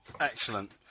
Excellent